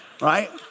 right